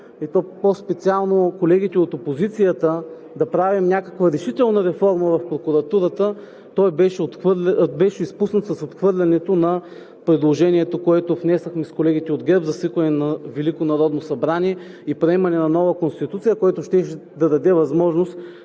и по-специално колегите от опозицията, да правим някаква решителна реформа в прокуратурата, моментът беше изпуснат с отхвърлянето на предложението, което внесохме с колегите от ГЕРБ, за свикване на Велико народно събрание и приемане на нова Конституция, което щеше да даде възможност